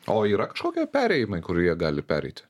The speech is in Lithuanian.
o yra kažkokie perėjimai kur jie gali pereiti